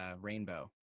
rainbow